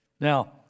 Now